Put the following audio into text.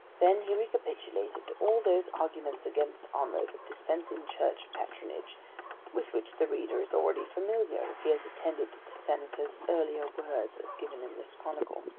then he recapitulated all those arguments against our mode of dispensing church patronage with which the reader is already familiar if he has attended to the senator's earlier words as given in this chronicle.